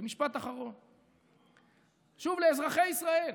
ומשפט אחרון, שוב, לאזרחי ישראל: